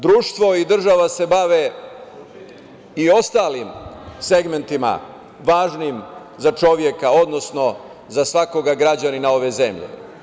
Društvo i država se bave i ostalim segmentima važnim za čoveka, odnosno za svakog građanina ove zemlje.